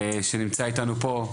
שנמצא אתנו פה.